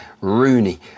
Rooney